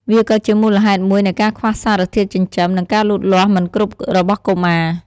វាក៏ជាមូលហេតុមួយនៃការខ្វះសារធាតុចិញ្ចឹម និងការលូតលាស់មិនគ្រប់របស់កុមារ។